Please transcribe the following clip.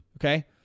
okay